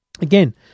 Again